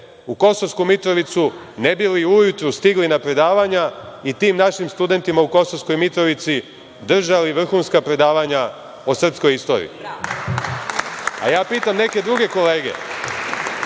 u Kosovsku Mitrovicu, ne bi li ujutru stigli na predavanja i tim našim studentima u Kosovskoj Mitrovici držali vrhunska predavanja o srpskoj istoriji. Pitam neke druge kolege